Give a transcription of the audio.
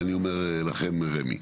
את זה אני אומר לכם רמ"י.